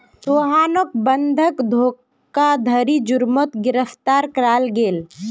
सोहानोक बंधक धोकधारी जुर्मोत गिरफ्तार कराल गेल